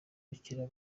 abakiriya